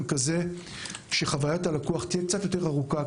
כזה שחוויית הלקוח תהיה קצת יותר ארוכה,